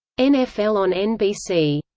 nfl on nbc